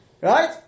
Right